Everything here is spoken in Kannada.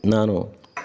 ನಾನು